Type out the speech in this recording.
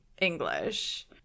English